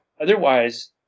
Otherwise